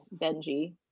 Benji